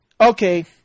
Okay